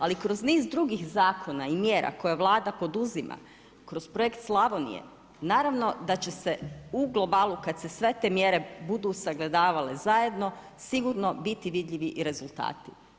Ali kroz niz drugih zakona i mjera koje Vlada poduzima, kroz projekt Slavonije, naravno da će se u globalu kada se sve te mjere budu sagledavale zajedno sigurno biti vidljivi i rezultati.